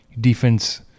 Defense